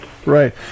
Right